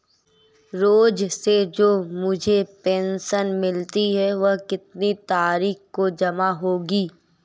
रोज़ से जो मुझे पेंशन मिलती है वह कितनी तारीख को जमा होगी?